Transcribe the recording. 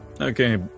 Okay